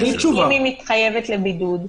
אם היא מתחייבת לבידוד.